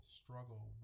struggle